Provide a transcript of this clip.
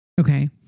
Okay